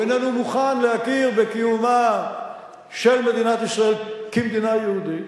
הוא איננו מוכן להכיר בקיומה של מדינת ישראל כמדינה יהודית.